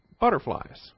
butterflies